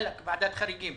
עאלק ועדת חריגים.